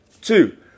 Two